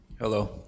Hello